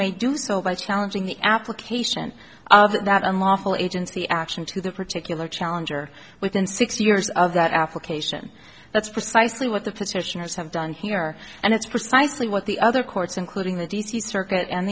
may do so by challenging the application of that unlawful agency action to the particular challenge or within six years of that application that's precisely what the petitioners have done here and it's precisely what the other courts including the d c circuit and